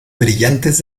brillantes